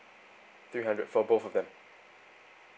three hundred for both of them